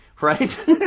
Right